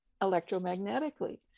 electromagnetically